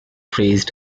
priest